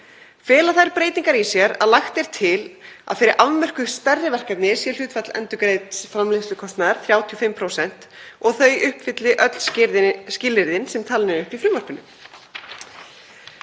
Fela þær breytingar í sér að lagt er til að fyrir afmörkuð stærri verkefni sé hlutfall endurgreiðslu framleiðslukostnaðar 35% og að þau uppfylli öll skilyrðin sem talin eru upp í frumvarpinu